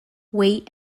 weight